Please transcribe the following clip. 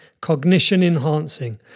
cognition-enhancing